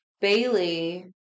Bailey